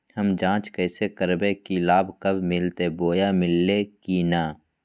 हम जांच कैसे करबे की लाभ कब मिलते बोया मिल्ले की न?